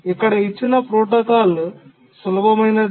ఇక్కడ ఇచ్చిన ప్రోటోకాల్ సులభమైనది